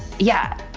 yeah,